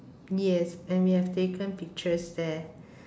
yes and we have taken pictures there